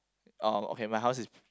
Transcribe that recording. ah okay my house is